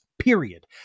period